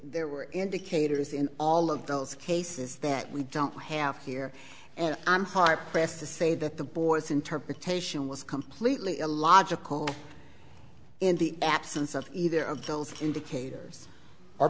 there were indicators in all of those cases that we don't have here and i'm hard pressed to say that the boys interpretation was completely illogical in the absence of either of those indicators our